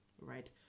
right